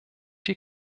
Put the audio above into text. die